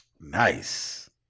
Nice